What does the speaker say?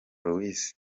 louise